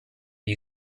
you